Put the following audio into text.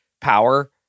power